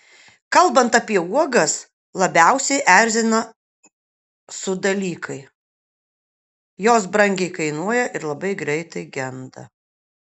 kalbant apie uogas labiausiai erzina su dalykai jos brangiai kainuoja ir labai greitai genda